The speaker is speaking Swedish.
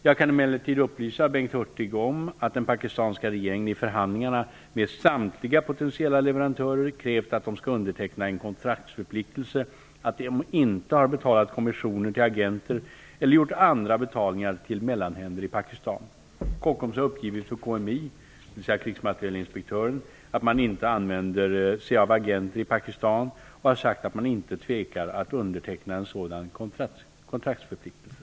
Jag kan emellertid upplysa Bengt Hurtig om att den pakistanska regeringen i förhandlingarna med samtliga potentiella leverantörer har krävt att de skall underteckna en kontraktsförpliktelse om att de inte har betalat kommissioner till agenter eller gjort andra betalningar till mellanhänder i Pakistan. Kockums har uppgivit för KMI, Krigsmaterielinspektionen, att man inte använder sig av agenter i Pakistan och har sagt att man inte tvekar att underteckna en sådan kontraktsförpliktelse.